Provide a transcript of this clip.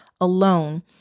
alone